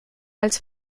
als